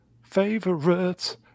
favorite